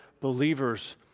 believers